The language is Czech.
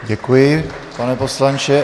Děkuji, pane poslanče.